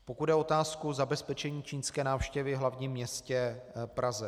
Pokud jde o otázku zabezpečení čínské návštěvy v hlavním městě Praze.